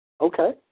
Okay